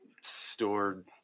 stored